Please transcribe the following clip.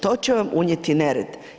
To će vam unijeti nered.